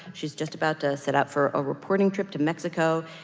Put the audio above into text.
she's just about to set out for a reporting trip to mexico.